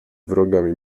wrogami